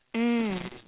mm